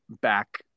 back